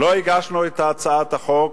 לא הגשנו את הצעת החוק,